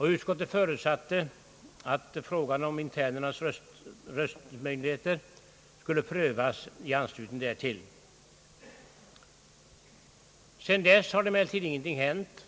Utskottet förutsatte att frågan om internernas röstmöjligheter skulle prövas in anslutning därtill. Sedan dess har ingenting hänt.